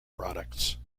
products